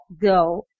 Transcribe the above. go